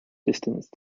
distance